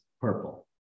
purple